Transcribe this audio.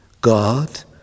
God